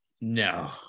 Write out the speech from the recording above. No